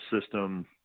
system